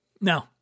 no